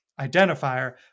identifier